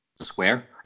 Square